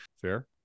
Fair